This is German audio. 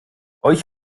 euch